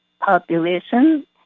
population